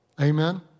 Amen